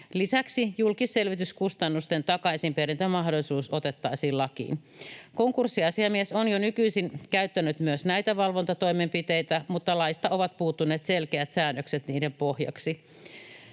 Lisäksi julkisselvityskustannusten takaisinperintämahdollisuus otettaisiin lakiin. Konkurssiasiamies on jo nykyisin käyttänyt myös näitä valvontatoimenpiteitä, mutta laista ovat puuttuneet selkeät säännökset niiden pohjaksi.